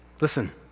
Listen